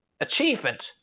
achievement